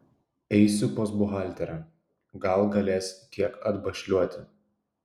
eisiu pas buhalterę gal galės kiek atbašliuoti